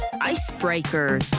icebreaker